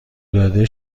داده